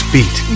Beat